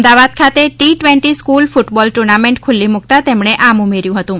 અમદાવાદ ખાતે T twenty school football tournament ખુલ્લી મુકતા તેમણે આમ ઉમેર્યુ હતુ